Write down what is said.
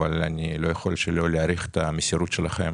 אני לא יכול שלא להעריך את המסירות שלכם